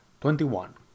Twenty-one